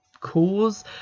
cause